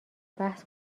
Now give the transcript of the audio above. بحث